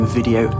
Video